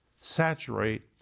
saturate